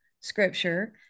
scripture